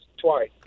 twice